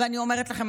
אני אומרת לכם,